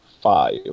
five